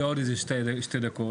זה עוד שתי דקות.